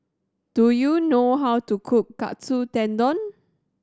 do you know how to cook Katsu Tendon